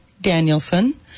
Danielson